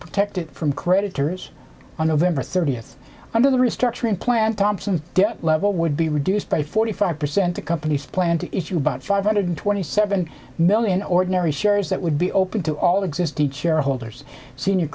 protect it from creditors on november thirtieth under the restructuring plan thompson debt level would be reduced by forty five percent the company's plan to issue about five hundred twenty seven million ordinary shares that would be open to all existed shareholders senior